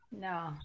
No